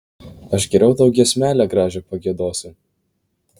aš geriau tau giesmelę gražią pagiedosiu